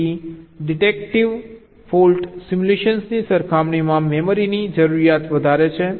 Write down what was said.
તેથી deductive fault સિમ્યુલેશનની સરખામણીમાં મેમરીની જરૂરિયાત વધારે છે